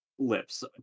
lips